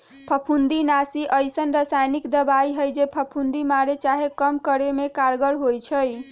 फफुन्दीनाशी अइसन्न रसायानिक दबाइ हइ जे फफुन्दी मारे चाहे कम करे में कारगर होइ छइ